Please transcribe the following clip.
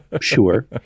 sure